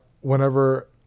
whenever